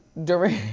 during,